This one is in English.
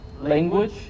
language